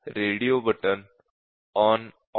radio button on of